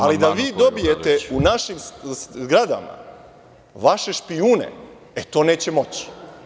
Ali, da vi dobijete u našim zgradama vaše špijune, e, te neće moći.